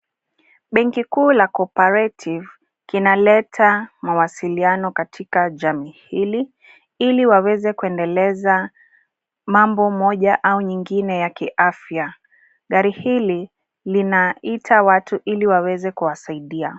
Benki kuu la Cooperative kinaleta mawasiliano katika jamii hili, ili waweze kuendeleza mambo moja au nyingine ya kiafya. Gari hili linaita watu ili waweze kuwasaidia.